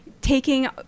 taking